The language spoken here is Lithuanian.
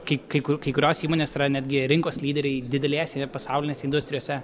kai kai kur kai kurios įmonės yra netgi rinkos lyderiai didelėse net pasaulinės industrijose